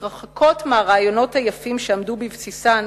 מתרחקות מהרעיונות היפים שעמדו בבסיסן,